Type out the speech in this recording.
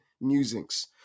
musings